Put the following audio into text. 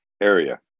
area